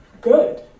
good